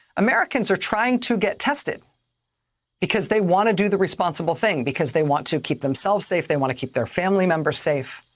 americans are trying to get tested because they want to do the responsible thing, because they want to keep themselves safe. they want to keep their family members safe.